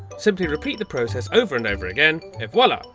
simply repeat the process over and over again, et voila!